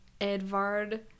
Edvard